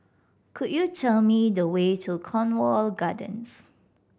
could you tell me the way to Cornwall Gardens